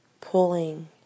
pulling